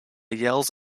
yells